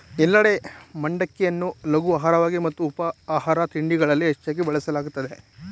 ಎಲ್ಲೆಡೆ ಮಂಡಕ್ಕಿಯನ್ನು ಲಘು ಆಹಾರವಾಗಿ ಮತ್ತು ಉಪಾಹಾರ ತಿಂಡಿಗಳಲ್ಲಿ ಹೆಚ್ಚಾಗ್ ಬಳಸಲಾಗ್ತದೆ